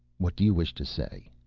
what do you wish to say?